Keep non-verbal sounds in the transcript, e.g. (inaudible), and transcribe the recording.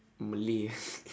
malay (laughs)